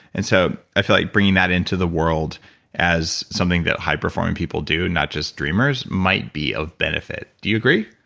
and so i feel like bringing that into the world as something that high performing people do, not just dreamers, might be of benefit. do you agree?